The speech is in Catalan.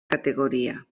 categoria